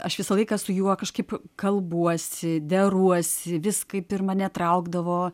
aš visą laiką su juo kažkaip kalbuosi deruosi vis kaip ir mane traukdavo